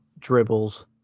dribbles